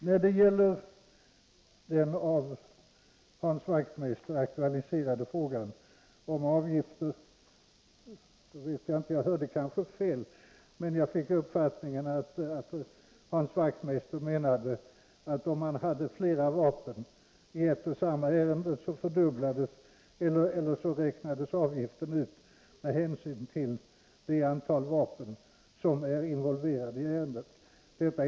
När det gäller den av Hans Wachtmeister aktualiserade frågan om avgifter hörde jag kanske fel, men jag fick uppfattningen att han menade att om det i ett och samma ärende var fråga om flera vapen räknades avgiften ut med hänsyn till antalet vapen. Det är inte riktigt.